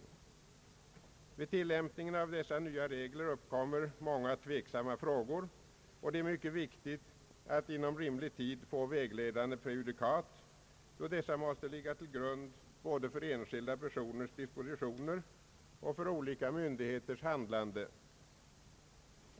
Vid tilllämpningen av dessa nya regler uppkommer många tveksamma frågor, och det är mycket viktigt att inom rimlig tid få vägledande prejudikat, då dessa måste ligga till grund både för enskilda personers dispositioner och för olika myndigheters handlande.